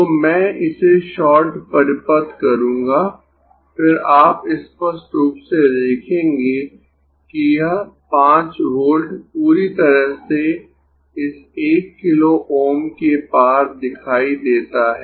तो मैं इसे शॉर्ट परिपथ करूंगा फिर आप स्पष्ट रूप से देखेंगें कि यह 5 वोल्ट पूरी तरह से इस 1 किलो Ω के पार दिखाई देता है